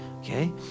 okay